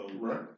Right